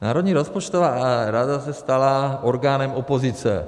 Národní rozpočtová rada se stala orgánem opozice.